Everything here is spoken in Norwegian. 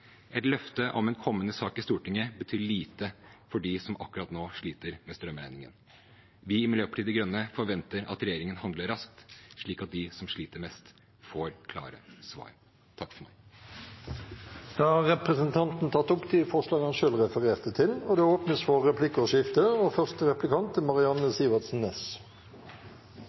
Et løfte om en kommende sak i Stortinget betyr lite for dem som akkurat nå sliter med strømregningen. Vi i Miljøpartiet De Grønne forventer at regjeringen handler raskt, slik at de som sliter mest, får klare svar. Representanten Kristoffer Robin Haug har tatt opp de forslagene han refererte til. Det blir replikkordskifte. Jeg hører at representanten Haug tar til orde for